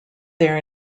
their